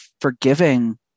forgiving